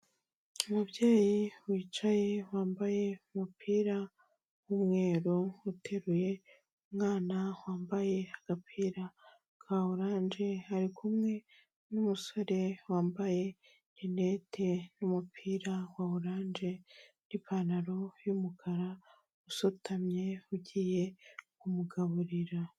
Umubyeyi wicaye wambaye umupira w'umweru uteruye umwana wambaye agapira ka oranje, ari kumwe n'umusore wambaye rinete n'umupira wa oranje n'ipantaro y'umukara usutamye ugiye kumugaburira.